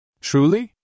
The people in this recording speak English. Truly